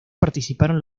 participaron